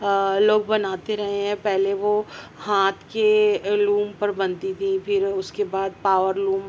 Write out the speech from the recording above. لوگ بناتے رہے ہیں پہلے وہ ہاتھ کے لوم پر بنتی تھیں پھر اس کے بعد پاور لوم